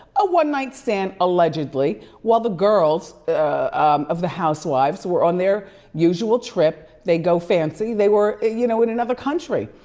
a one night stand, allegedly. while the girls of the housewives were on their usual trip, they go fancy, they were you know, in another country.